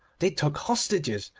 they took hostages,